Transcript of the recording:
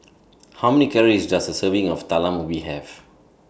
How Many Calories Does A Serving of Talam Ubi Have